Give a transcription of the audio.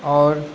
اور